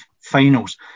finals